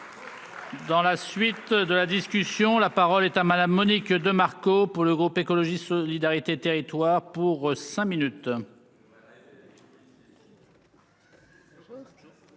Dans la suite de la discussion, la parole est à madame Monique de Marco pour le groupe écologiste solidarité et territoires pour cinq minutes.